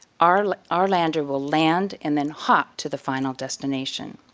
our like our lander will land and then hop to the final destination.